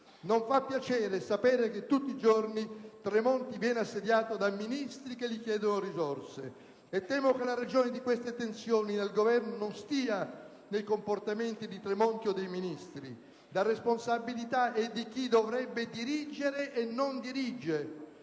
Non fa piacere sapere che tutti i giorni Tremonti viene assediato da Ministri che gli chiedono risorse. Temo che la ragione di queste tensioni nel Governo non stia nei comportamenti di Tremonti o di altri Ministri: la responsabilità è di chi dovrebbe dirigere e non dirige,